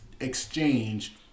exchange